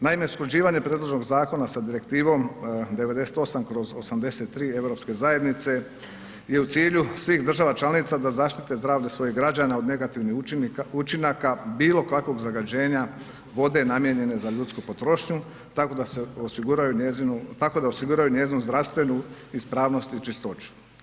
Naime, usklađivanje predloženog zakona sa Direktivom 98/83 Europske zajednice je u cilju svih država članica da zaštite zdravlje svojih građana od negativnih učinaka bilo kakvog zagađenja vode namijenjene za ljudsku potrošnju tako da osiguranju njezinu zdravstvenu ispravnost i čistoću.